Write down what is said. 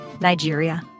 Nigeria